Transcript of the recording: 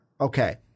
Okay